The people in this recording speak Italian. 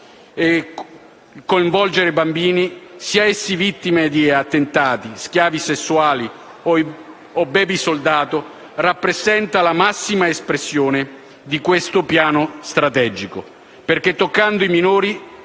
Coinvolgere bambini - siano essi vittime di attentati, schiavi sessuali o *baby* soldati - rappresenta la massima espressione di questo piano strategico, perché toccando i minori